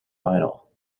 final